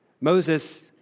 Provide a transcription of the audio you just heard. Moses